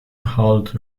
halt